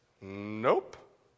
Nope